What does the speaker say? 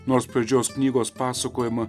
nors pradžios knygos pasakojimą